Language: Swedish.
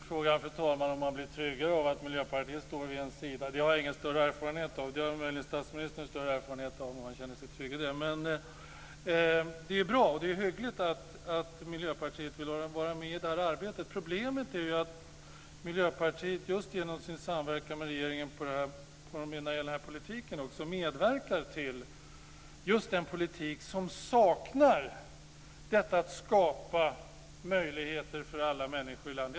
Fru talman! Frågan är om man blir tryggare av att Miljöpartiet står vid ens sida. Vi har ingen större erfarenhet av det. Möjligen har statsministern mer erfarenhet av detta. Men det är hyggligt att Miljöpartiet vill vara med i det här arbetet. Problemet är att Miljöpartiet just genom sin samverkan med regeringen i det här sammanhanget medverkar till att skapa en politik inte ger möjligheter till alla människor i landet.